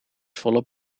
volop